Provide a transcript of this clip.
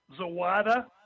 Zawada